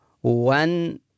one